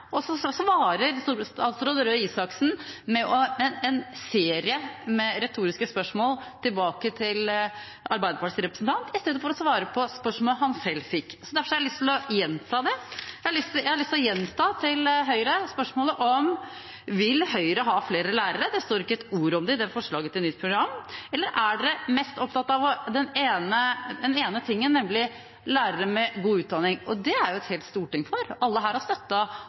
Statsråd Røe Isaksen svarer med en serie retoriske spørsmål tilbake til Arbeiderpartiets representant i stedet for å svare på spørsmålet han selv fikk. Derfor har jeg lyst til å gjenta spørsmålet til Høyre: Vil Høyre ha flere lærere? Det står ikke et ord om det i forslaget til nytt program. Eller er man mest opptatt av den ene tingen, nemlig lærere med god utdanning? Det er jo hele Stortinget for. Alle her har